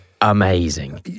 amazing